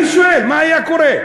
אני שואל, מה היה קורה?